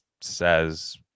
says